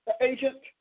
agent